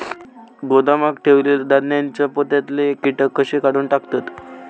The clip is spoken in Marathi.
गोदामात ठेयलेल्या धान्यांच्या पोत्यातले कीटक कशे काढून टाकतत?